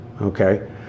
Okay